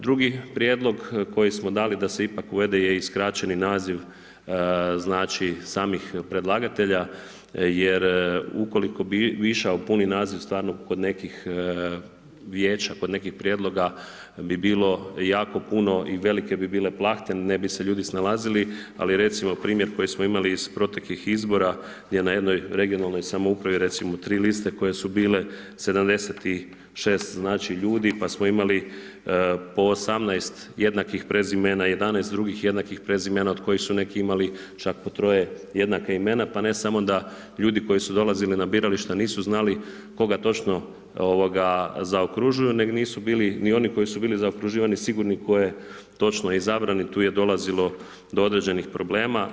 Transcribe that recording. Drugi prijedlog koji smo dali da se ipak uvede je skraćeni naziv samih predlagatelja jer ukoliko bi išao puni naziv kod nekih vijeća, kod nekih prijedloga bi bilo jako puno i velike bi bile plahte, ne bi se ljudi snalazili, ali recimo primjer koji smo imali iz proteklih izbora gdje na jednoj regionalnoj samoupravi, recimo tri liste koje su bile, 76 znači ljudi, pa smo imali po 18 jednakih prezimena, 11 drugih jednakih prezimena, od kojih su neki imali čak po troje jednaka imena, pa ne samo da ljudi koji su dolazili na birališta nisu znali koga točno zaokružuju, nego nisu bili ni oni koji su bili zaokruživani tko je točno izabran i tu je dolazimo do određenih problema.